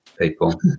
people